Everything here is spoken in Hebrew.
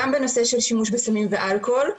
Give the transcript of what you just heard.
גם בנושא של שימוש בסמים ואלכוהול,